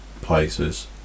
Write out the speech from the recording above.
places